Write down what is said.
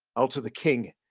i'll to the king,